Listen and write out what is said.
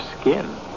skin